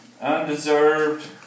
Undeserved